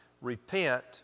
Repent